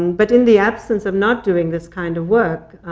but in the absence of not doing this kind of work,